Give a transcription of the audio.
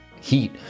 heat